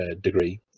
degree